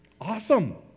Awesome